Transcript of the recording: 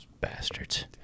Bastards